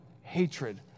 hatred